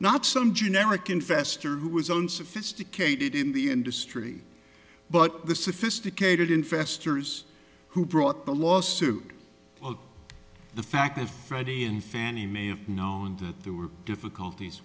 not some generic investor who was on sophisticated in the industry but the sophisticated investors who brought the lawsuit on the fact of freddie and fannie mae have known that there were difficulties